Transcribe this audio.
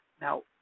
Now